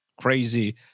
crazy